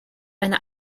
eine